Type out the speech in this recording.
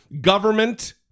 government